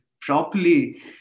properly